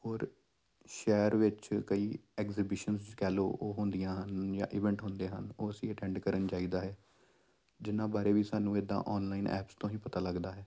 ਹੋਰ ਸ਼ਹਿਰ ਵਿੱਚ ਕਈ ਐਗਜੀਬਿਸ਼ਨ ਕਹਿ ਲਓ ਉਹ ਹੁੰਦੀਆਂ ਹਨ ਜਾਂ ਈਵੈਂਟ ਹੁੰਦੇ ਹਨ ਉਹ ਅਸੀਂ ਅਟੈਂਡ ਕਰਨ ਜਾਈਦਾ ਹੈ ਜਿਹਨਾਂ ਬਾਰੇ ਵੀ ਸਾਨੂੰ ਇੱਦਾਂ ਔਨਲਾਈਨ ਐਪਸ ਤੋਂ ਹੀ ਪਤਾ ਲੱਗਦਾ ਹੈ